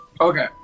Okay